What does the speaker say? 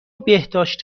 بهداشت